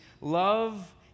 love